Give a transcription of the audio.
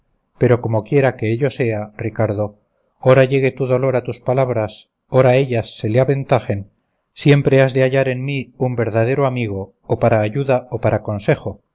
pero comoquiera que ello sea ricardo ora llegue tu dolor a tus palabras ora ellas se le aventajen siempre has de hallar en mí un verdadero amigo o para ayuda o para consejo